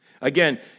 Again